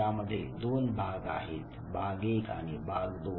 यामध्ये दोन भाग आहेत भाग 1 आणि भाग 2